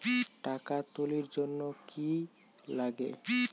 টাকা তুলির জন্যে কি লাগে?